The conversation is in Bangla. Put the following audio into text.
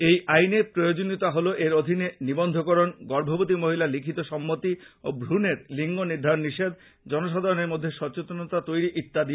এই আইনের প্রয়োজনীয়তা হল এর অধীনে নিবন্ধকরণ গর্ভবতী মহিলার লিখিত সম্মতি ও ভ্রনের লিঙ্গ নির্ধারণ নিষেধ জনসাধারনের মধ্যে সচেতনতা তৈরী করা ইত্যাদি